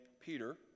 Peter